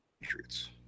Patriots